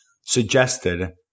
suggested